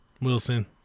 Wilson